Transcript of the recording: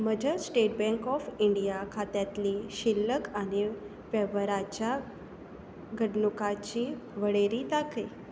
म्हज्या State Bank of India खात्यांतली शिल्लक आनी वेव्हराच्या घडणुकांची वळेरी दाखय